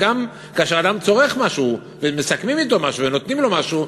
וגם כאשר אדם צורך משהו ומסכמים אתו משהו ונותנים לו משהו,